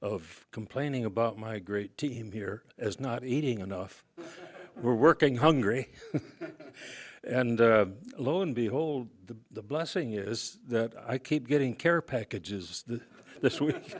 of complaining about my great team here as not eating enough we're working hungry and lo and behold the blessing is that i keep getting care packages this w